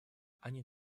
они